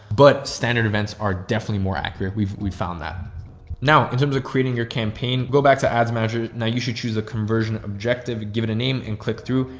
but standard events are definitely more accurate. we've, we've found that now in terms of creating your campaign, go back to ads manager. now you should choose a conversion objective. give it a name and click through.